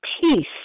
Peace